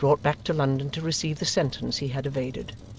and brought back to london to receive the sentence he had evaded.